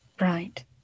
Right